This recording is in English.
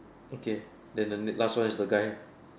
okay then the last one is the guy ah